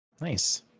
Nice